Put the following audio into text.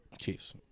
Chiefs